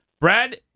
Brad